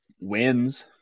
wins